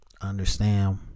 Understand